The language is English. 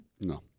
No